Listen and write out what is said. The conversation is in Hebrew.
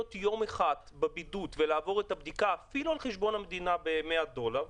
יום אחד בבידוד ומוכן לעבור את הבדיקה אפילו על חשבון המדינה ב-100 דולר,